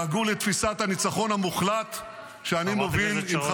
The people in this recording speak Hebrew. לעגו לתפיסת הניצחון המוחלט שאני מוביל ----- חודשים להיכנס לרפיח.